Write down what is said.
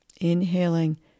Inhaling